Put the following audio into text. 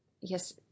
Yes